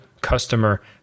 customer